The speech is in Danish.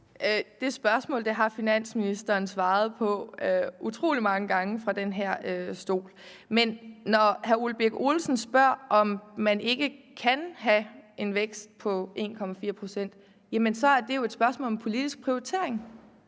Det spørgsmål har finansministeren svaret på utrolig mange gange fra den her stol. Når hr. Ole Birk Olesen spørger, om man ikke kan have en vækst på 1,4 pct., jamen så er det jo et spørgsmål om politisk prioritering.